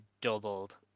doubled